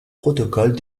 protocoles